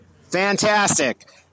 Fantastic